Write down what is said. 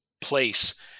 place